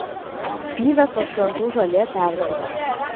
pyvesos krantų žolė perdžiūvo